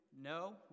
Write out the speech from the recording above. No